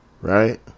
right